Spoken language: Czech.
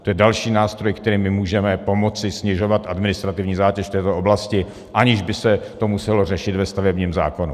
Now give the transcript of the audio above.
To je další nástroj, kterým můžeme pomoci snižovat administrativní zátěž v této oblasti, aniž by se to muselo řešit ve stavebním zákonu.